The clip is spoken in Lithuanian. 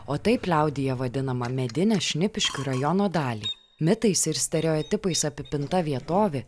o taip liaudyje vadinamą medinę šnipiškių rajono dalį mitais ir stereotipais apipinta vietovė